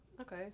Okay